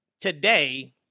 today